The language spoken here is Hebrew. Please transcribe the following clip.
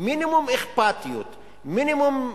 מינימום אכפתיות,